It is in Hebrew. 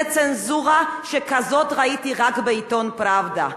זו צנזורה שכזאת ראיתי רק בעיתון "פראבדה".